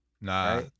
Nah